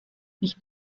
nicht